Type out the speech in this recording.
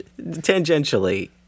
Tangentially